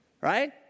Right